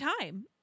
time